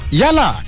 yala